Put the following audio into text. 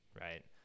right